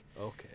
Okay